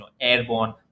airborne